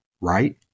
right